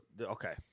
okay